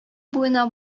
буена